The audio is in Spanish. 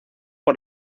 por